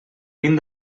vint